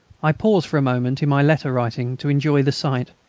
i pause for a moment in my letter-writing to enjoy the sight,